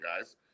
guys